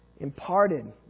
imparted